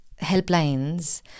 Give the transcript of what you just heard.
helplines